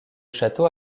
château